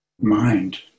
mind